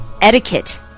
etiquette